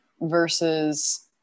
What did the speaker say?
versus